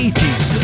80s